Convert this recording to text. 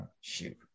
shoot